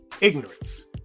ignorance